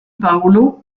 paolo